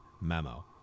memo